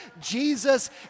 Jesus